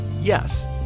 Yes